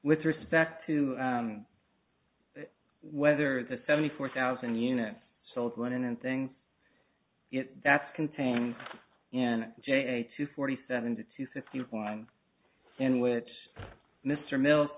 with respect to whether the seventy four thousand units sold going in and things that's contained in j two forty seven to two fifty one in which mr mil